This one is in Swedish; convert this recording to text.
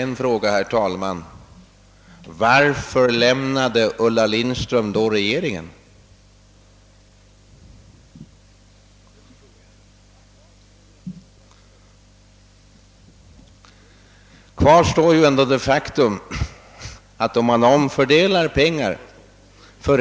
Då måste man ställa frågan: Varför lämnade i så fall Ulla Lindström regeringen? Kvar står ändå det faktum att om man för